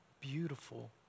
beautiful